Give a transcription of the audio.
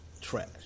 Trash